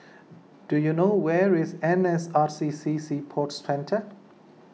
do you know where is N S R C C Sea Sports Centre